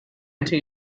anti